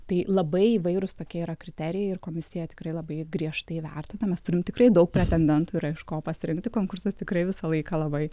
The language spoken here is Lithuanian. tai labai įvairūs tokie yra kriterijai ir komisija tikrai labai griežtai vertina mes turim tikrai daug pretendentų yra iš ko pasirinkti konkursas tikrai visą laiką labai